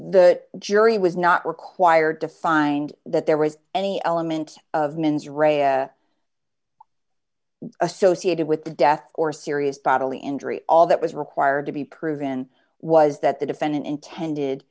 the jury was not required to find that there was any element of mens rea associated with the death or serious bodily injury all that was required to be proven was that the defendant intended